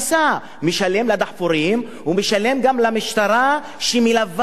משלם עבור הדחפורים ומשלם גם למשטרה שמלווה את הדחפורים.